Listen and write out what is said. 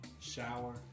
shower